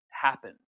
happen